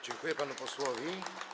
Dziękuję panu posłowi.